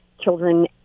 children